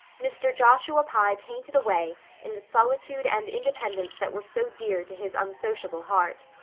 mr. joshua pye painted away in the solitude and independence that were so dear to his unsociable heart.